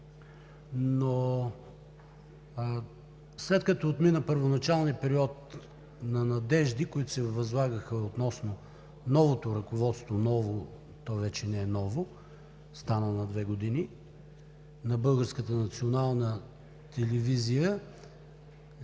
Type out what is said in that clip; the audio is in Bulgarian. След като отмина първоначалният период на надежди, които се възлагаха относно новото ръководство, а то вече не е ново – стана на две години, на Българската национална телевизия,